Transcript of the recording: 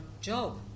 job